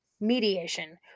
mediation